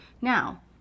now